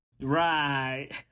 Right